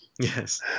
Yes